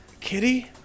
Kitty